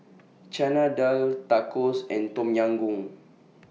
Chana Dal Tacos and Tom Yam Goong